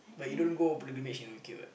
but you don't go pilgrimage in U_K what